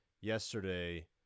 yesterday